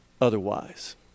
otherwise